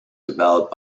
developed